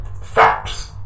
facts